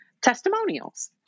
testimonials